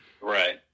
Right